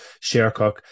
Shercock